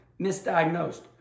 misdiagnosed